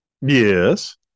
yes